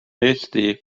eesti